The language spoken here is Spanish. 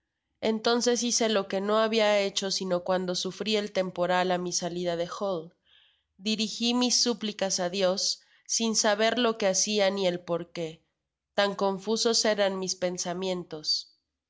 entonces hice lo que no habia hecho sino cuando sufri el temporal á mi salida de hull dirigi mis súplicas á dios sin saber lo que hacia ni el por que tan confusos eran mis pensamientos